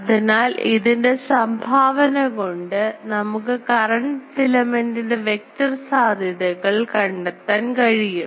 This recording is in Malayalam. അതിനാൽ ഇതിന്റെ സംഭാവന കൊണ്ട് നമുക്ക് കറണ്ട് ഫിലമെൻറ്ൻറെ വെക്റ്റർ സാധ്യതകൾ കണ്ടെത്താൻ കഴിയും